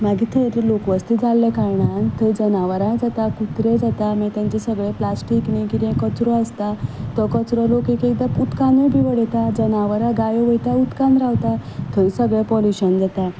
मागीर थंय ती लोकवस्ती जाल्ले कारणान थंय जनावरां जाता कुत्रे जाता मागीर तांचें सगळें प्लास्टीक कितें कितें कचरो आसता तो कचरो लोक एक एकदां उदकानूय बी उडयता जनावरां गायो वयता उदकांत रावता थंय सगळें पॉल्युशन जाता